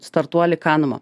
startuolį kanumo